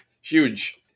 huge